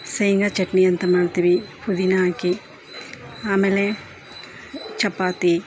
ಶೇಂಗ ಚಟ್ನಿ ಅಂತ ಮಾಡ್ತೀವಿ ಪುದಿನಾ ಹಾಕಿ ಆಮೇಲೆ ಚಪಾತಿ